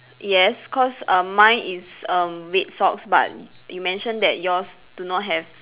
yes cause err mine is err red socks but you mention that yours do not have